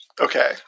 Okay